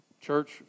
church